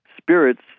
spirits